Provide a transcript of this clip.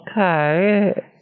Okay